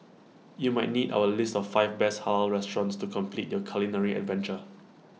you might need our list of five best Halal restaurants to complete your culinary adventure